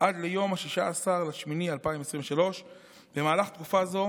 עד ליום 16 באוגוסט 2023. במהלך תקופה זו